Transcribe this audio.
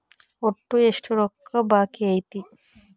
ಒಟ್ಟು ಎಷ್ಟು ರೊಕ್ಕ ಬಾಕಿ ಐತಿ?